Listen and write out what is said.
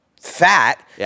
fat